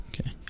Okay